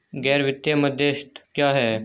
गैर वित्तीय मध्यस्थ क्या हैं?